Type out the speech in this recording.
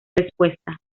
respuesta